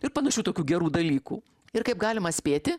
ir panašių tokių gerų dalykų ir kaip galima spėti